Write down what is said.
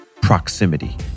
proximity